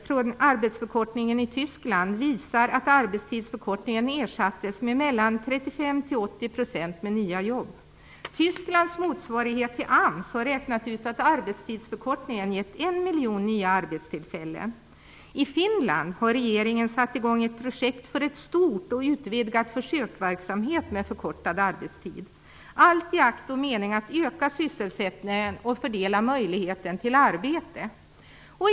Arbetstidsförkortningen i Tyskland visar t.ex. att arbetstidsförkortningen ersatts till 35-80 % med nya jobb. Tysklands motsvarighet till AMS har räknat ut att arbetstidsförkortningen gett 1 miljon nya arbetstillfällen. I Finland har regeringen satt i gång ett projekt med en stor, och utvidgad, försöksverksamhet med förkortad arbetstid - allt detta i akt och mening att öka sysselsättningen och fördela möjligheterna till arbete.